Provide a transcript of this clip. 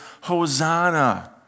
Hosanna